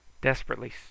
desperately